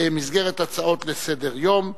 במסגרת הצעות לסדר-היום מס'